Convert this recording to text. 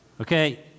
Okay